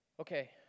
Okay